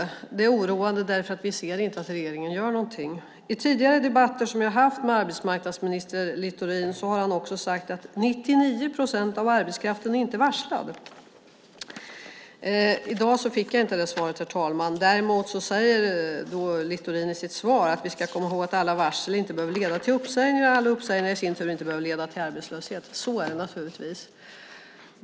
Det är oroande därför att vi inte ser att regeringen gör någonting. I tidigare debatter som jag har haft med arbetsmarknadsminister Littorin har han sagt att 99 procent av arbetskraften inte är varslad. I dag fick jag inte det svaret, herr talman. Däremot säger Littorin i sitt svar att vi ska komma ihåg att inte alla varsel behöver leda till uppsägningar och att inte alla uppsägningar i sin tur behöver leda till arbetslöshet. Så är det naturligtvis.